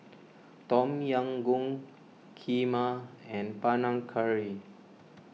Tom Yam Goong Kheema and Panang Curry